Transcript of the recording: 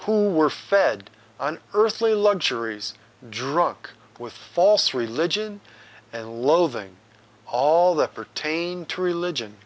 who were fed an earthly luxuries drunk with false religion and loathing all that pertain to religion